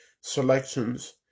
selections